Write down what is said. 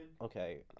Okay